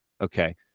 okay